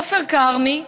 עופר כרמי,